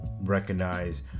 recognize